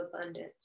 abundance